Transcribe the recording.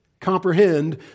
comprehend